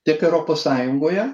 tiek europos sąjungoje